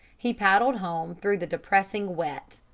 he paddled home through the depressing wet.